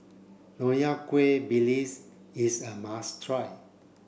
Nonya Kueh is a must try